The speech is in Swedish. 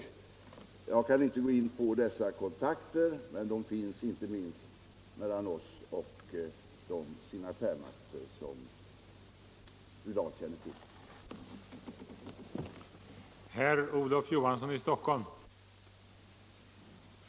Jag kan inte gå in på dessa kontakter, men de finns inte minst mellan oss och de signatärmakter som fru Dahl känner till.